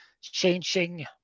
changing